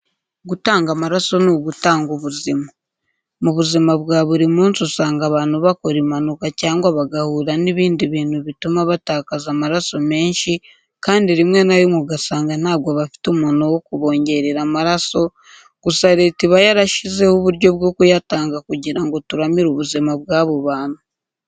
Gutanga amaraso ni ugutanga ubuzima. Mu buzima bwa buri munsi usanga abantu bakora impanuka cyangwa bagahura n'ibindi bintu bituma batakaza amaraso menshi kandi rimwe na rimwe ugasanga ntabwo bafite umuntu wo kubongerera amaraso, gusa Leta iba yarashizeho uburyo bwo kuyatanga kugira ngo turamire ubuzima bw'abo bantu.